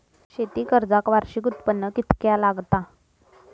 शेती कर्जाक वार्षिक उत्पन्न कितक्या लागता?